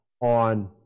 on